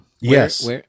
Yes